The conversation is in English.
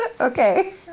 Okay